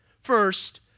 First